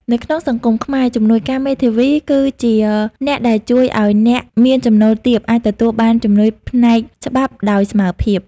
នៅក្នុងសង្គមខ្មែរ ជំនួយការមេធាវីគឺជាអ្នកដែលជួយឱ្យអ្នកមានចំណូលទាបអាចទទួលបានជំនួយផ្នែកច្បាប់ដោយស្មើភាព។